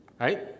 right